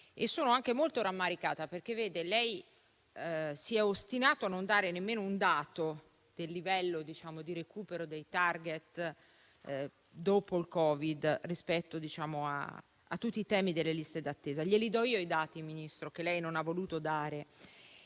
sono anche molto rammaricata, perché lei si è ostinato a non dare nemmeno un dato del livello di recupero dei *target* dopo il Covid rispetto a tutti i temi delle liste d'attesa. Glieli do io i dati che lei non ha voluto